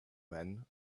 men